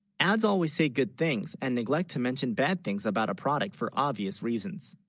ads always, say good things and neglect to mention bad things about a product for obvious reasons